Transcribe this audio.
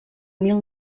mil